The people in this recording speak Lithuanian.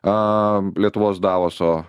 am lietuvos davoso